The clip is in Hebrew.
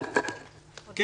13:35.